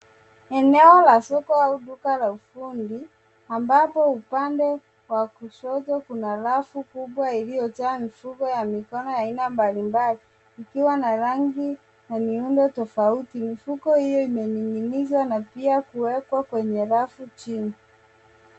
Eneo la soko au duka la ufundi ambapo upande wa kushoto kuna rafu kubwa iliyo iliyojaa mifuko ya aina mbalimbali ikiwa na rangi na miundo tofauti. Mifuko hio imening'inizwa na pia kuwekwa kwenye rafu chini.